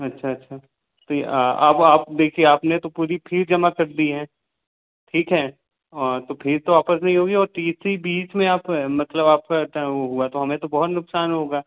अच्छा अच्छा तो यह अब आप देखिए आपने तो पूरी फी जमा कर दी है ठीक है और तो फी तो आपस नहीं होगी टी सी बीच में आप मतलब आप क्या वह हुआ तो हमें तो बहुत नुकसान होगा